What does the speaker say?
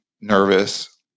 nervous